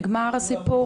נגמר הסיפור?